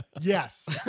Yes